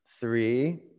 Three